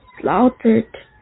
Slaughtered